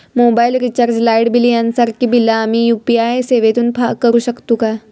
Mobile recharge, light bill यांसारखी बिला आम्ही यू.पी.आय सेवेतून करू शकतू काय?